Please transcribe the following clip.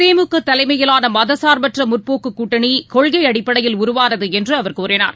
திமுகதலமையிலானமதசார்பற்றமுற்போக்குகூட்டணிகொள்கைஅடிப்படையில் உருவானதுஎன்றுஅவர் கூறினார்